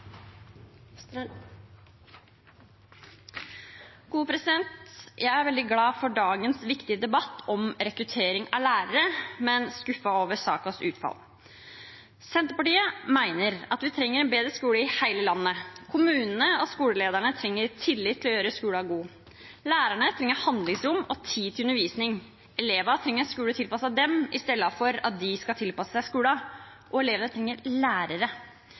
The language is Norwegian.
veldig glad for dagens viktige debatt om rekruttering av lærere, men skuffet over sakens utfall. Senterpartiet mener at vi trenger en bedre skole i hele landet. Kommunene og skolelederne trenger tillit til å gjøre skolen god. Lærerne trenger handlingsrom og tid til undervisning. Elevene trenger en skole tilpasset dem i stedet for at de skal tilpasse seg skolen, og elevene trenger lærere.